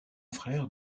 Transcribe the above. frère